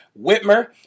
Whitmer